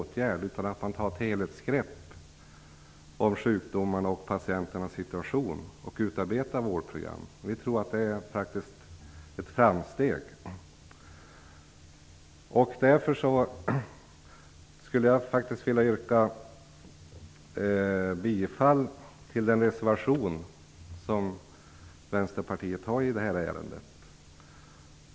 Vi tror att det är ett framsteg att man tar ett helhetsgrepp på sjukdomen och patientens situation och utarbeta vårdprogram. Därför skulle jag vilja yrka bifall till den reservation som Vänsterpartiet har i det här ärendet.